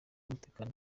umutekano